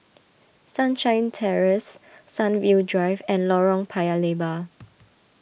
Sunshine Terrace Sunview Drive and Lorong Paya Lebar